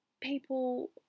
people